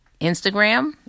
Instagram